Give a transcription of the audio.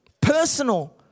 personal